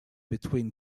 between